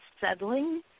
settling